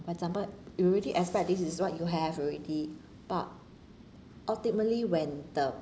for example you already expect this is what you have already but ultimately when the